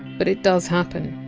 but it does happen